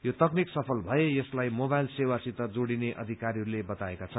यो तकनिक सफल भए यसलाई मोबाइल सेवासित जोड़िने अधिकारीहरूले बताएका छन्